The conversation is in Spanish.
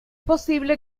posible